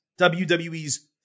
WWE's